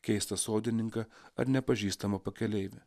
keistą sodininką ar nepažįstamą pakeleivį